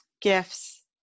gifts